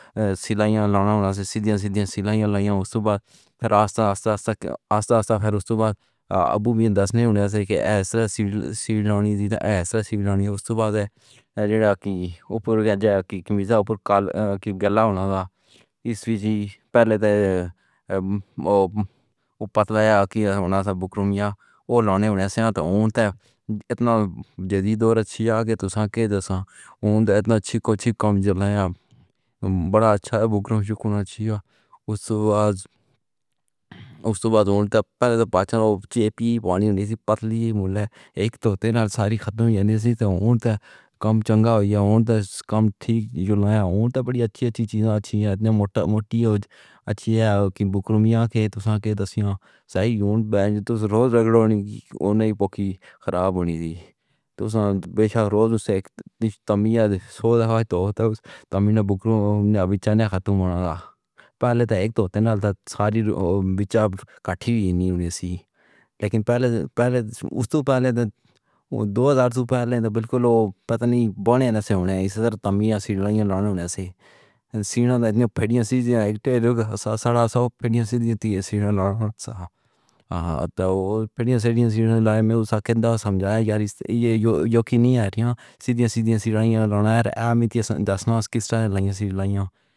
اے سی لایا لاڑیاں سدھی سدھی سی لائیں، اس دے بعد فیر آستا آستا خیر ہووے۔ مطلب اینجھا ہووے کہ جیویں ہووݨا چاہیے، اوہو ہووے۔ میں اینویں آکھیا کہ اوپر والی قمیض دا گلا چاچا اوپر ہووے۔ پہلے تاں اوہ پتلی ہووے یا پتلی ہووݨی چاہیے، بالکل بکرے ورگی۔ اوہ تاں اینجھا جدیدور ہے کہ جیویں چاہو اینجھے چیک چیک کم کر گھِندے تے بھانویں چنگا وی ہووے۔ ہُݨ پہلے تاں پچھانو جے پی وانی پتلی ملے، اک ڈوجے نال ساری کھتم ہوئی ہوندی اے۔ کم چنگا تھی گِیا، کم ٹھیک تھی گِیا، وڈیاں چنگیاں شیواں چنگیاں نیں۔ موٹی چنگی بھکروا میاں دے ساکے نال ہونٹ روز رگڑدی اے، اوہ نئیں کہیں خراب ہووݨی چاہیدی اے۔ سو بیشک روز انہاں توں تمیاد سودا تے تمنا بکرا میاں ختم تھی ویسے۔ پہلے تاں اک ڈوجے نال ساری بچہ کٹی ہوئی کائے نئیں ہووݨی چاہیدی، پر اس توں وی پہلے، دو ہزار توں پہلے تاں بالکل پتہ نئیں لگدا۔ میں اینویں ہی تمیاں گھندی پئی آں۔ سیڑھیاں لڑکیاں نے سڑیاں سدھیاں ہن۔ سیڑھیاں توں فیر میو توں سمجھاؤ یار، ایہ جو آکھیا نئیں آندا، سیڑھیاں سیڑھیاں سیڑھا لاݨا اے تے دس ناس دیاں لائنیاں۔